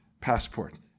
passport